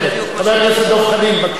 חבר הכנסת דב חנין, בבקשה.